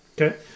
Okay